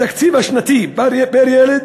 התקציב השנתי פר-ילד